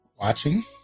watching